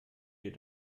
wir